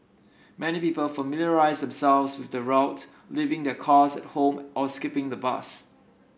many people familiarised themselves with the route leaving their cars at home or skipping the bus